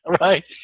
Right